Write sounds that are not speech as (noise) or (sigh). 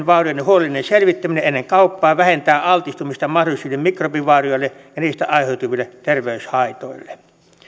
(unintelligible) vaurioiden huolellinen selvittäminen ennen kauppaa vähentää altistumista mahdollisille mikrobivaurioille ja niistä aiheutuville terveyshaitoille